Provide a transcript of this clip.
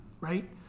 right